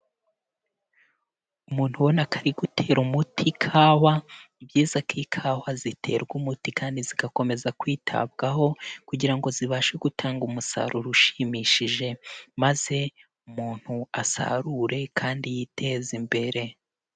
Umuntu ubona ko ari gutera umuti kawa, ni byiza ko ikawa ziterwa umuti kandi zigakomeza kwitabwaho kugira ngo zibashe gutanga umusaruro ushimishije maze umuntu asarure kandi yiteze imbere.